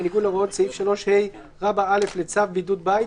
בניגוד להוראות סעיף 3ה(א) לצו בידוד בית,